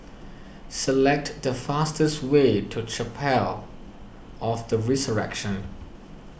select the fastest way to Chapel of the Resurrection